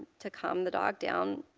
to calm the dog down.